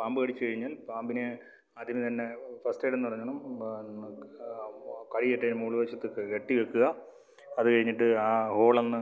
പാമ്പ് കടിച്ച് കഴിഞ്ഞാൽ പാമ്പിനെ പാമ്പിനെ ആദ്യമേ തന്നെ ഫസ്റ്റ് എയിഡ് എന്ന് പറഞ്ഞോണം നമ്മൾ കൈയൊക്കെ മോൾ വശത്ത് കെട്ടി വയ്ക്കുക അത് കഴിഞ്ഞിട്ട് ആ ഹോൾ ഒന്ന്